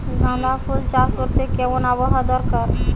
গাঁদাফুল চাষ করতে কেমন আবহাওয়া দরকার?